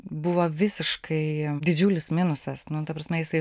buvo visiškai didžiulis minusas nu ta prasme jisai